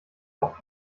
auch